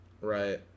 Right